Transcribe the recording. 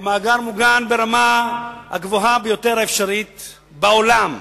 המאגר מוגן ברמה הגבוהה ביותר האפשרית בעולם,